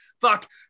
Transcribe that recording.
Fuck